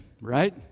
right